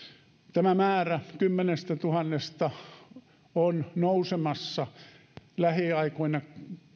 tämä määrä kymmenestätuhannesta on nousemassa lähiaikoina